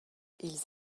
ils